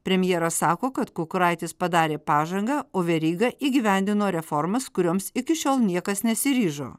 premjeras sako kad kukuraitis padarė pažangą o veryga įgyvendino reformas kurioms iki šiol niekas nesiryžo